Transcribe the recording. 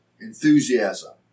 enthusiasm